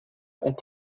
ont